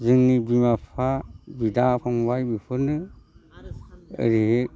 जोंनि बिमा बिफा बिदा फंबाय बिफोरनो ओरैहाय